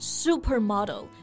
supermodel